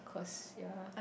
cause ya